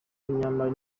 w’umunyamali